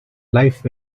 life